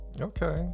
Okay